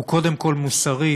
הוא קודם כול מוסרי,